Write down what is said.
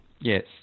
Yes